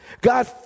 God